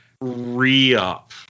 re-up